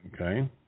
Okay